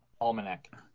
almanac